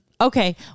okay